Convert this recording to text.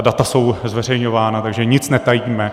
Data jsou zveřejňována, takže nic netajíme.